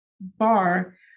bar